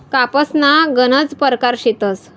कापूसना गनज परकार शेतस